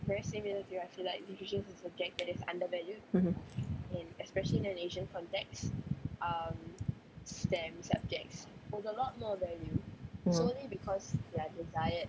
mmhmm mm